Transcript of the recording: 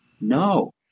no